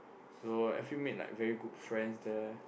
so if you meant like very good friend there